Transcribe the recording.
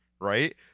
right